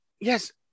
Yes